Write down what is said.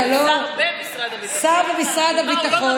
שר במשרד הביטחון.